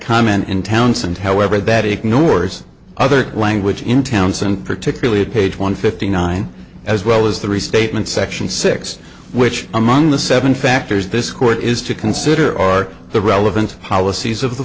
comment in townsend however that ignores other language in towns and particularly of page one fifty nine as well as the restatement section six which among the seven factors this court is to consider are the relevant policies of the